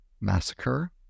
massacre